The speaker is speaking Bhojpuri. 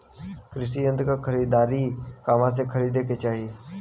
कृषि यंत्र क खरीदारी कहवा से खरीदे के चाही?